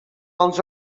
els